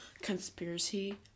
Conspiracy